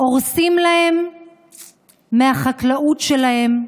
הורסים להם מהחקלאות שלהם,